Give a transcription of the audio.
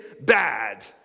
bad